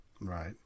Right